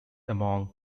among